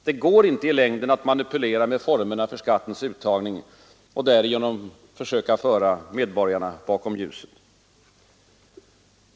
Det går inte i längden att manipulera med formerna för skattens uttagning och därigenom försöka föra medborgarna bakom ljuset.